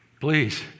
Please